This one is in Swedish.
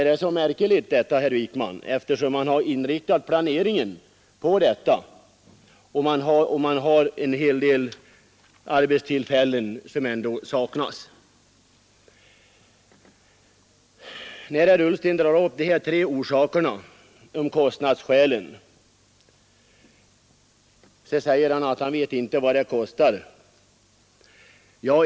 Är det så märkligt, herr Wijkman, eftersom man har inriktat planeringen på detta och eftersom det ändå ger en hel del arbetstillfällen som nu saknas? Herr Ullsten drar upp tre orsaker, och först kommer kostnadsskälen. Han säger att man inte vet vad utlokaliseringen kostar.